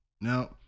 Now